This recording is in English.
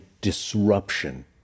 disruption